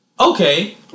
Okay